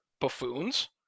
buffoons